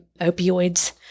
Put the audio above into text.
opioids